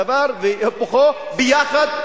דבר והיפוכו ביחד,